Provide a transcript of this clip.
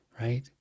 right